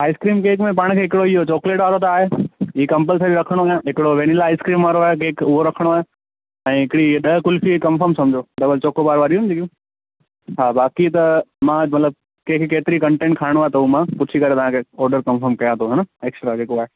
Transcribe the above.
ice cream cake में पाण खे हिकिड़ो इहो चॉक्लेट वारो त आहे ई कमप्लसरी रखिणो आहे हिकिड़ो वेनीला आइस्क्रीम वारो आहे उहो रखिणो आहे ऐं हिकिड़ी हीअ ॾह कुल्फ़ि कंफ़म समिझो डबल चॉकॉबार वारियूं आहिनि ईयूं हा बाक़ी त मां मतिलब कंहिंखे केतिरी कंटेन्ट खाइणो त उहो मां पुछी करे तव्हांखे ऑडर कंफ़म कयां थो हा न एक्स वाए जेको आहे